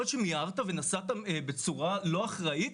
יכול להיות שמיהרת ונסעת בצורה לא אחראית?